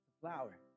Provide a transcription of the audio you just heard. Flower